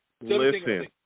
Listen